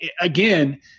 again